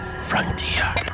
Frontier